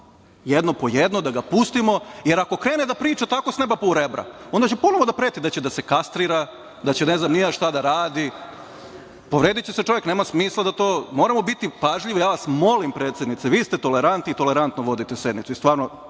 jedno po jedno, da ga pustimo, jer ako krene da priča tako s neba pa u rebra, onda će ponovo da preti da će da se kastrira, da će ne znam ni ja šta da radi. Povrediće se čovek, nema smisla. Moramo biti pažljivi. Ja vas molim, predsednice, vi ste tolerantni i tolerantno vodite sednicu